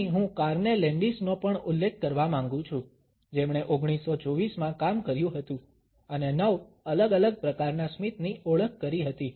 અહીં હું કાર્ને લેન્ડિસનો પણ ઉલ્લેખ કરવા માંગુ છું જેમણે 1924 માં કામ કર્યું હતું અને 9 અલગ અલગ પ્રકારના સ્મિતની ઓળખ કરી હતી